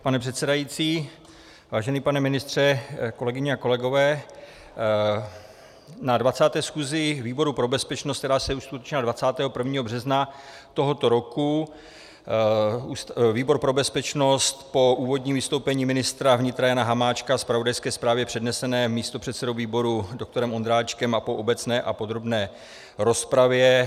Pane předsedající, vážený pane ministře, kolegyně a kolegové, na 20. schůzi výboru pro bezpečnost, která se uskutečnila 21. března tohoto roku výbor pro bezpečnost po úvodním vystoupení ministra vnitra Jana Hamáčka a zpravodajské zprávě přednesené místopředsedou výboru doktorem Ondráčkem a po obecné a podrobné rozpravě